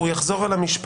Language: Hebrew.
בסדר, הוא יחזור על המשפט.